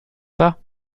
pas